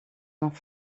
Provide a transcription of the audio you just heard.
maar